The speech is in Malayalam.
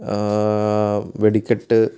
വെടിക്കെട്ട്